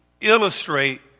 illustrate